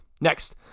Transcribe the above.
Next